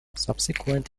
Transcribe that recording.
subsequent